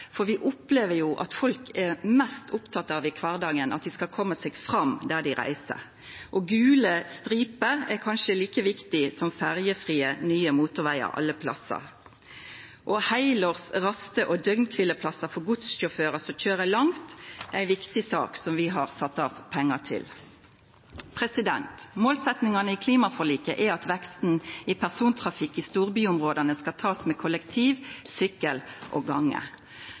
for vi opplever at det folk er mest opptekne av i kvardagen, er at dei skal koma seg fram der dei reiser. Gule striper er kanskje like viktig som ferjefrie, nye motorvegar alle plassar. Heilårs raste- og døgnkvileplassar for godssjåførar som køyrer langt, er òg ei viktig sak som vi har sett av pengar til. Ei målsetting i klimaforliket er at veksten i persontrafikk i storbyområda skal takast med kollektivtransport, sykkel og